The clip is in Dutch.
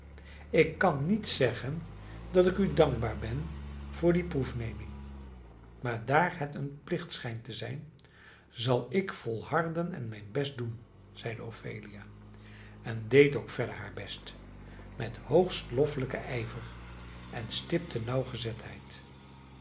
ik kan niet zeggen dat ik u dankbaar ben voor die proefneming maar daar het een plicht schijnt te zijn zal ik volharden en mijn best doen zeide ophelia en deed ook verder haar best met hoogst loffelijken ijver en stipte nauwgezetheid